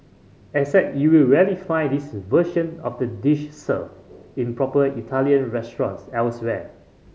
except you'll rarely find this version of the dish served in proper Italian restaurants elsewhere